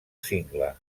cingle